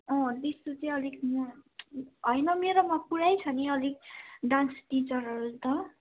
त्यस्तो चाहिँ अलिक म होइन मेरोमा पुरै छ नि अलिक डान्स टिचरहरू त